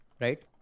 Right